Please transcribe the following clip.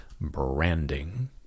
branding